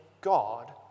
God